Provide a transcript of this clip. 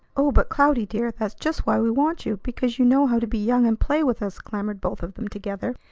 oh, but cloudy, dear, that's just why we want you, because you know how to be young and play with us, clamored both of them together.